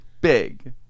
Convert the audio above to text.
big